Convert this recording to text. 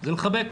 זה לחבק.